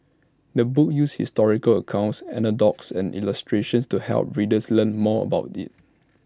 the book uses historical accounts anecdotes and illustrations to help readers learn more about IT